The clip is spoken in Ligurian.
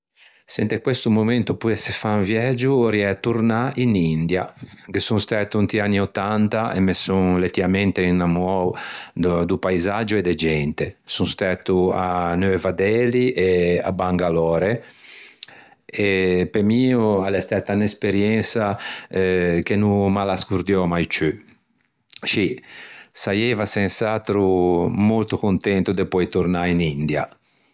Se inte questo momento poesse fâ un viægio orriæ tornâ in India. Ghe son stæto inti anni òttanta e me son lettiamente innamoou do paisaggio e de gente. Son stæto à Neuva Dehli e à Bangalore e pe mi a l'é stæta unn'esperiensa eh che no me l'ascordiò mai ciù. Scì, saieiva sens'atro molto contento de poei tornâ in India.